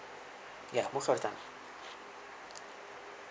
ya most of the time